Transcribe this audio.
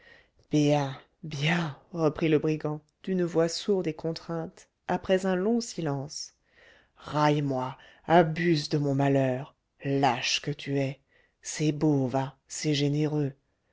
bien reprit le brigand d'une voix sourde et contrainte après un long silence raille moi abuse de mon malheur lâche que tu es c'est beau va c'est généreux